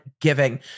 giving